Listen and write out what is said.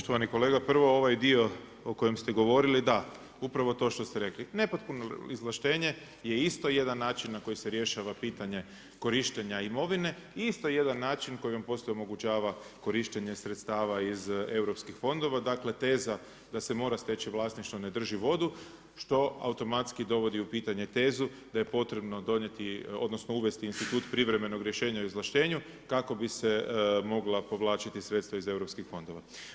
Poštovani kolega, prvo ovaj dio o kojem ste govorili, da, upravo to što ste rekli, nepotpuno izvlaštenja je isto jedan način na koji se rješava pitanje korištenja imovine, isto jedan način koji vam poslije omogućava korištenje sredstava iz europskih fondova, dakle teza da se mora steći vlasništvo ne drži vodu, što automatski dovodi u pitanje tezu da je potrebno donijeti, odnosno uvesti institut privremenog rješenja o izvlaštenju, kako bi se mogla povlačiti sredstva iz europskih fondova.